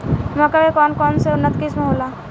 मक्का के कौन कौनसे उन्नत किस्म होला?